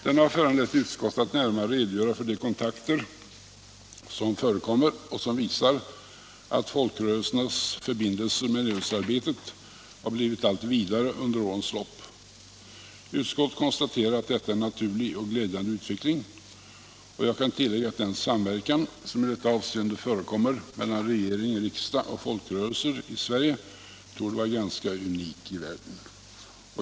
Den har föranlett utskottet att närmare redogöra för de kontakter som förekommer och som visar att folkrörelsernas förbindelser med nedrustningsarbetet har blivit allt viktigare under årens lopp. Utskottet konstaterar att detta är en naturlig och glädjande utveckling. Jag kan tillägga att den samverkan som i detta avseende förekommer mellan regering och riksdag och folkrörelser i Sverige torde vara unik i världen.